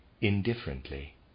indifferently